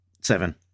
seven